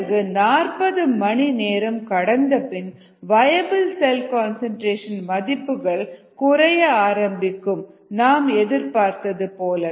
பிறகு 40 மணி நேரம் கடந்தபின் வயபிள் செல் கன்சன்ட்ரேஷன் மதிப்புகள் குறைய ஆரம்பிக்கும் நாம் எதிர்பார்த்ததுபோல்